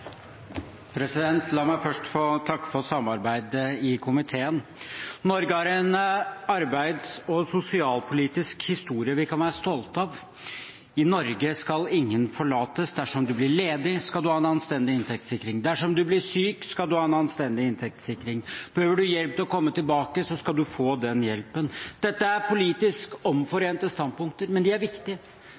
La meg først få takke for samarbeidet i komiteen. Norge har en arbeids- og sosialpolitisk historie vi kan være stolte av. I Norge skal ingen forlates. Dersom en blir ledig, skal en ha en anstendig inntektssikring. Dersom en blir syk, skal en ha en anstendig inntektssikring. Behøver en hjelp til å komme tilbake, skal en få den hjelpen. Dette er politisk omforente standpunkter. Men de er viktige.